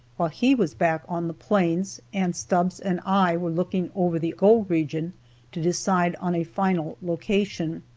while he was back on the plains and stubbs and i were looking over the gold region to decide on a final location.